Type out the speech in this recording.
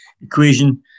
equation